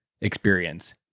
experience